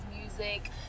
music